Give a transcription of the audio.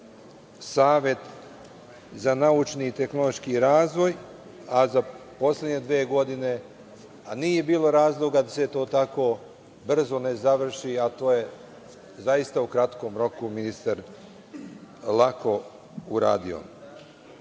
Savet za naučni i tehnološki razvoj, a da za poslednje dve godine, a nije bilo razloga da se to tako brzo ne završi a to je zaista u kratkom roku ministar lako